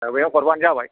औ बेयाव हरबानो जाबाय